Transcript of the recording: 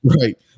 right